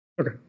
Okay